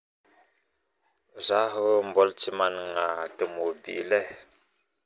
Zaho mbola tsy managna tomobile e